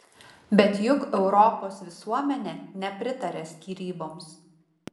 bet juk europos visuomenė nepritaria skyryboms